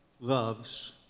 Loves